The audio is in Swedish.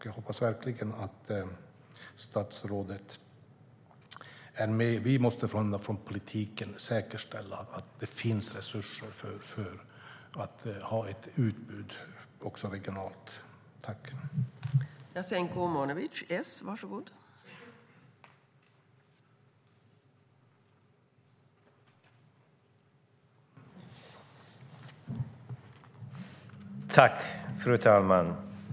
Jag hoppas verkligen att statsrådet är med på att vi från politiken måste säkerställa att det finns resurser också för ett regionalt utbud.